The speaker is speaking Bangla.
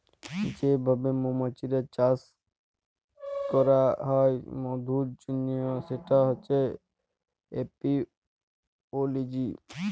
যে ভাবে মমাছির চাষ ক্যরা হ্যয় মধুর জনহ সেটা হচ্যে এপিওলজি